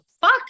fuck